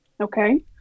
okay